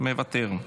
מוותר,